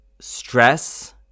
stress